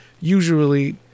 usually